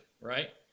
right